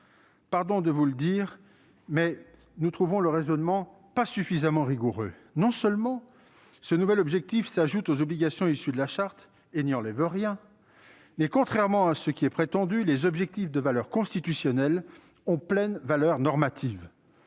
Pardon de vous le dire, mais nous ne trouvons pas le raisonnement suffisamment rigoureux. Non seulement, ce nouvel objectif s'ajoute aux obligations issues de la Charte et n'y enlève rien, mais, contrairement à ce qui est prétendu, les objectifs de valeur constitutionnelle ont une pleine valeur normative